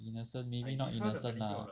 innocent maybe give innocent lah